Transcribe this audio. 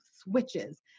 switches